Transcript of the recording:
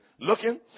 looking